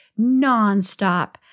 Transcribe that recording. nonstop